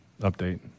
update